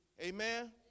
Amen